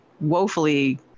woefully